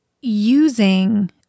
using